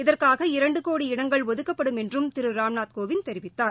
இதற்காக இரண்டு கோடி இடங்கள் ஒதுக்கப்படும் என்றும் திரு ராம்நாத் கோவிந்த் தெரிவித்தார்